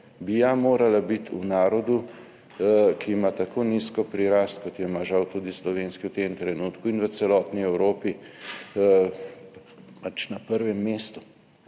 bi ja morala biti v narodu, ki ima tako nizko prirast, kot jo ima žal tudi slovenski v tem trenutku, in v celotni Evropi, na prvem mestu.